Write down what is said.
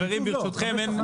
ברשותכם,